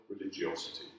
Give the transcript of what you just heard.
religiosity